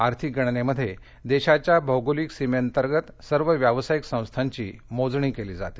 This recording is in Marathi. आर्थिक गणनेमध्ये देशाच्या भौगोलिक सीमेंतर्गत सर्व व्यावसायिक सस्कार्धी मोजणी केली जाते